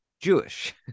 Jewish